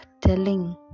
telling